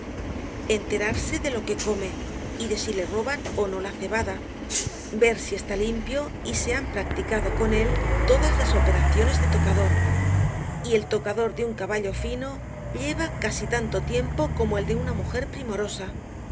enterarse de lo que come y de si le roban ó no la cebada ver si está limpio y se han practicado con él todas las operaciones de tocador y el tocador de un caballo fino lleva casi tanto tiempo como el de una mujer primorosa luego